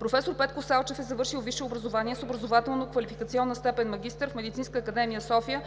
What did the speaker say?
Професор Петко Салчев е завършил висше образование с образователно-квалификационна степен „магистър“ в Медицинска академия – София,